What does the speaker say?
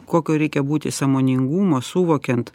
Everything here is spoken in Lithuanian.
kokio reikia būti sąmoningumo suvokiant